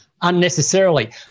unnecessarily